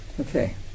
Okay